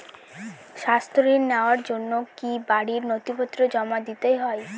স্বাস্থ্য ঋণ নেওয়ার জন্য কি বাড়ীর নথিপত্র জমা দিতেই হয়?